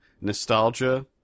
nostalgia